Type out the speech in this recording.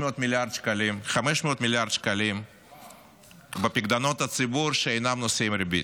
מיליארד שקלים בפיקדונות הציבור שאינם נושאים ריבית,